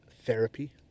therapy